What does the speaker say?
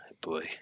boy